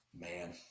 Man